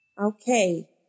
Okay